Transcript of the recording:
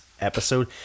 episode